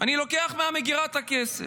אני לוקח מהמגירה את הכסף.